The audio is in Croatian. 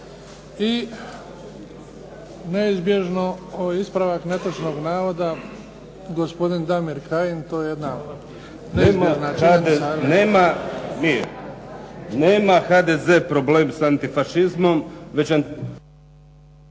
I neizbježno ispravak netočnog navoda, gospodin Damir Kajin. **Kajin, Damir (IDS)** Nema HDZ problem sa antifašizmom, već antifašizam